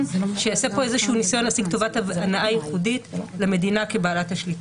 שייעשה פה איזה שהוא ניסיון להשיג טובת הנחה ייחודית למדינה כבעלת השליטה.